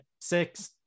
six